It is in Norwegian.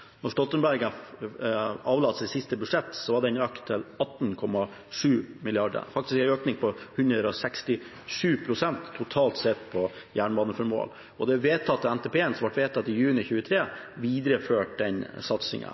sitt siste budsjett, var det økt til 18,7 mrd. kr – faktisk en økning på 167 pst., totalt sett, til jernbaneformål. Den NTP-en som ble vedtatt i juni 2013, videreførte den